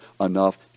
enough